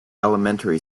elementary